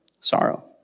sorrow